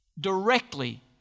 directly